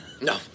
No